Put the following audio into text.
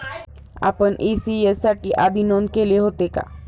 आपण इ.सी.एस साठी आधी नोंद केले होते का?